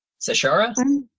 Sashara